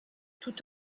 tout